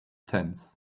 tents